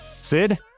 Sid